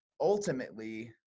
ultimately